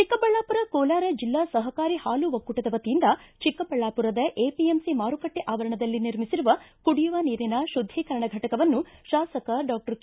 ಚಿಕ್ಕಬಳ್ಳಾಮರ ಕೋಲಾರ ಜಿಲ್ಲಾ ಸಹಕಾರಿ ಹಾಲು ಒಕ್ಕೂಟದ ವತಿಯಿಂದ ಚಿಕ್ಕಬಳ್ಳಾಪುರದ ಎಪಿಎಂಸಿ ಮಾರುಕಟ್ಟೆ ಆವರಣದಲ್ಲಿ ನಿರ್ಮಿಸಿರುವ ಕುಡಿಯುವ ನೀರಿನ ಶುದ್ದೀಕರಣ ಘಟಕವನ್ನು ಶಾಸಕ ಡಾಕ್ಷರ್ ಕೆ